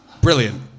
Brilliant